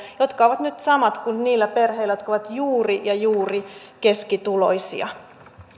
jotka ovat nyt samat kuin niillä perheillä jotka ovat juuri ja juuri keskituloisia